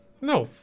no